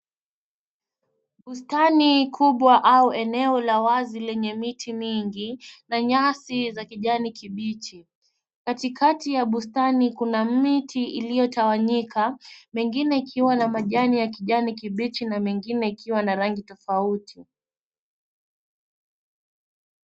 Bustani kubwa au eneo la wazi lenye miti na nyasi za kijani kibichi. Katikati ya bustani kuna miti iliyotawanyika mengine ikiwa na majani ya kijani kibichi na mengine ikiwa na rangi tofauti.